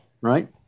Right